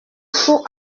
sous